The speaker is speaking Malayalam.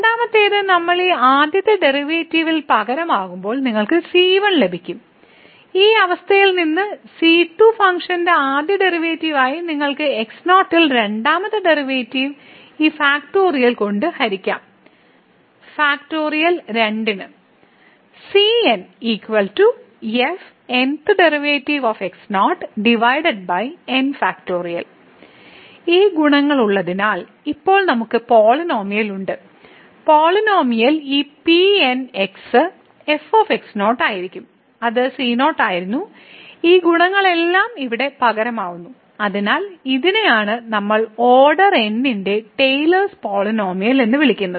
രണ്ടാമത്തേത് നമ്മൾ ഈ ആദ്യത്തെ ഡെറിവേറ്റീവിൽ പകരമാകുമ്പോൾ നിങ്ങൾക്ക് c1 ലഭിക്കും ഈ അവസ്ഥയിൽ നിന്ന് c2 ഫംഗ്ഷന്റെ ആദ്യ ഡെറിവേറ്റീവ് ആയി നിങ്ങൾക്ക് x0 ൽ രണ്ടാമത്തെ ഡെറിവേറ്റീവ് ഈ ഫാക്റ്റോറിയൽ കൊണ്ട് ഹരിക്കാം ഫാക്റ്റോറിയൽ 2 ന് ഈ ഗുണകങ്ങൾ ഉള്ളതിനാൽ ഇപ്പോൾ നമുക്ക് പോളിനോമിയൽ ഉണ്ട് പോളിനോമിയൽ ഈ Pn f ആയിരിക്കും അത് c0 ആയിരുന്നു ഈ ഗുണകങ്ങളെല്ലാം ഇവിടെ പകരമാവുന്നു അതിനാൽ ഇതിനെയാണ് നമ്മൾ ഓർഡർ n ന്റെ ടെയിലേഴ്സ് പോളിനോമിയൽ എന്ന് വിളിക്കുന്നത്